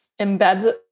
embeds